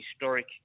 historic